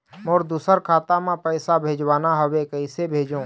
मोर दुसर खाता मा पैसा भेजवाना हवे, कइसे भेजों?